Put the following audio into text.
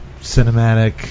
cinematic